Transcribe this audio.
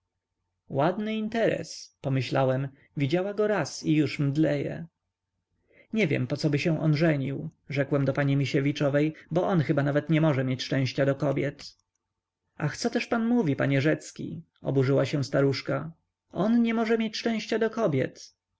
ładny interes pomyślałem widziała go raz i już mdleje nie wiem pocoby on się żenił rzekłem do pani misiewiczowej bo on chyba nawet nie może mieć szczęścia do kobiet ach co też pan mówi panie rzecki oburzyła się staruszka on nie może mieć szczęścia do kobiet